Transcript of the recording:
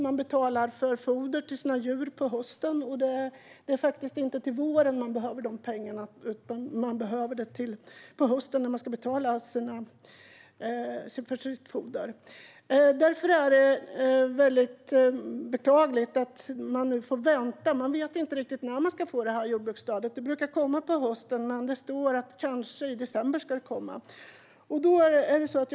Man betalar för foder till sina djur på hösten, och det är faktiskt inte till våren man behöver de pengarna utan på hösten då man ska betala för fodret. Därför är det väldigt beklagligt att man nu får vänta och inte riktigt vet när man ska få jordbruksstödet. Det brukar komma på hösten, men det står att det kanske kommer i december.